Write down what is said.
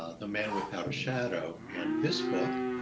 ah the man without a shadow and this book,